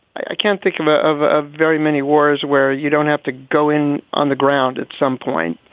i can't think of ah of ah very many wars where you don't have to go in on the ground at some point.